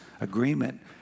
Agreement